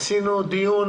עשינו דיון